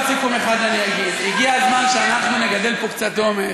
במשפט סיכום אחד אני אגיד: הגיע הזמן שאנחנו נגדל פה קצת אומץ,